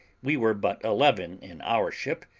we were but eleven in our ship,